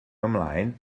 ymlaen